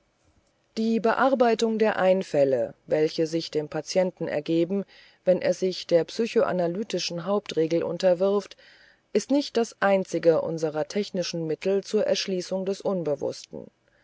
die bearbeitung der einfälle welche sich dem patienten ergeben wenn er sich der psychoanalytischen hauptregel unterwirft ist nicht das einzige unserer technischen mittel zur erschließung des unbewußten